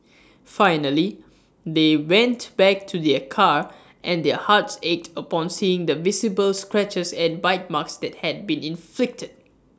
finally they went back to their car and their hearts ached upon seeing the visible scratches and bite marks that had been inflicted